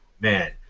Man